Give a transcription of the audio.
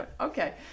Okay